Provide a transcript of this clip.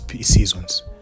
seasons